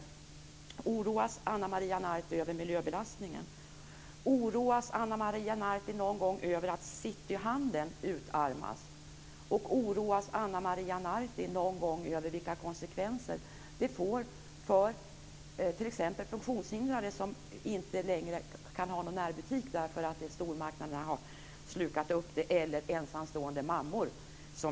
Oroas Ana Maria Narti över miljöbelastningen? Oroas Ana Maria Narti någon gång över att cityhandeln utarmas? Oroas Ana Maria Narti någon gång över vilka konsekvenser det får för t.ex. funktionshindrade eller ensamstående mammor utan bil som inte längre har någon närbutik därför att stormarknaderna har slukat upp dem?